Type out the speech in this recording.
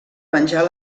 venjar